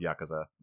yakuza